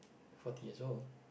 forty years old